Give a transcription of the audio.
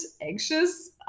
anxious